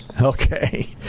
Okay